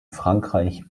frankreich